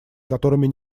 которыми